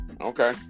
Okay